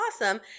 awesome